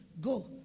go